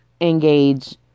engage